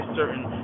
certain